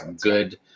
good